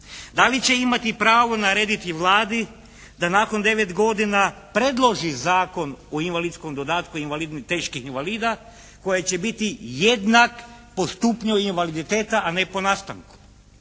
Da li će imati pravo narediti Vladi da nakon 9 godina predloži Zakon o invalidskom dodatku teških invalida koji će biti jednak po stupnju invaliditeta a ne po nastanku.